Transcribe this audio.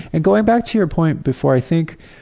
and going back to your point before i think,